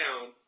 down